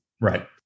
Right